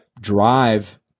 drive